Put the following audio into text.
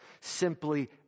simply